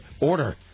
order